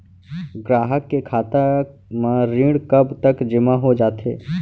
ग्राहक के खाता म ऋण कब तक जेमा हो जाथे?